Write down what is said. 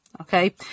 Okay